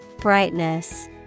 Brightness